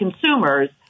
consumers